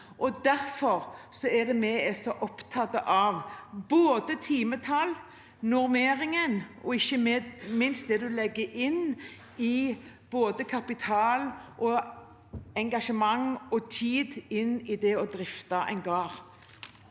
Derfor er vi så opptatt av både timetall, normering og ikke minst det man legger inn av både kapital, engasjement og tid i det å drifte en gård,